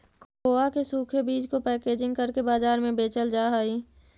cocoa के सूखे बीज को पैकेजिंग करके बाजार में बेचल जा हई